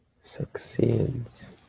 succeeds